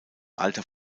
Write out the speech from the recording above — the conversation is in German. alter